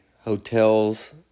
hotels